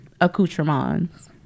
accoutrements